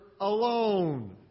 alone